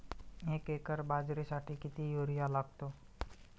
एक एकर बाजरीसाठी किती युरिया लागतो?